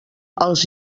els